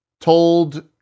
told